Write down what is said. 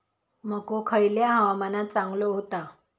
मको खयल्या हवामानात चांगलो होता?